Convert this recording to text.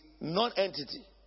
non-entity